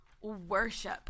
worship